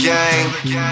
Gang